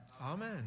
Amen